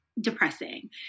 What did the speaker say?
Depressing